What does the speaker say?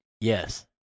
yes